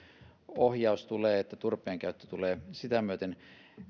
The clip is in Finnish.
ohjaus tulee niin että turpeen käyttö tulee sitä myöten